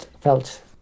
felt